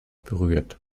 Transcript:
berührt